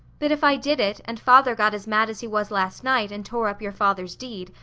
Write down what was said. but if i did it, and father got as mad as he was last night and tore up your father's deed,